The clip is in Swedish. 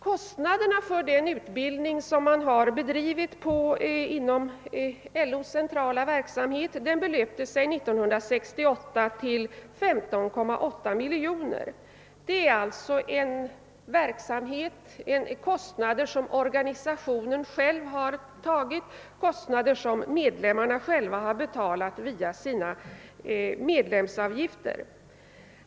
Kostnaderna för den utbildning som bedrivits inom LO:s centrala verksamhet belöpte sig 1968 till 15,8 miljoner kronor. Det är alltså kostnader som organisationen själv har tagit på sig och som medlemmarna betalar via sina medlemsavgifter.